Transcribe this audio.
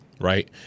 right